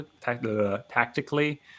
tactically